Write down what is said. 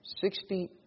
Sixty